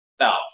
South